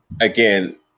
again